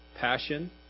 passion